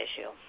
issue